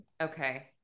Okay